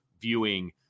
viewing